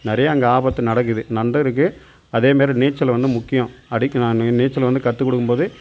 நிறையா அங்கே ஆபத்து நடக்குது நடந்தும் இருக்குது அதேமாரி நீச்சல் வந்து முக்கியம் அடிக்கலாம் நீ நீச்சல் வந்து கற்றுக் கொடுக்கும்போது